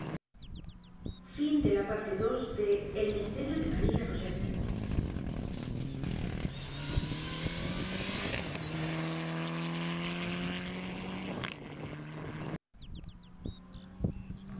el misterio de maría